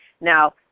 Now